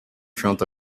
front